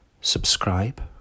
subscribe